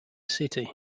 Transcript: city